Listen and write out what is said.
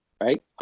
right